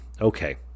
Okay